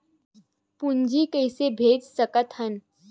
पूंजी कइसे भेज सकत हन?